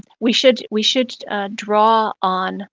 we should we should draw on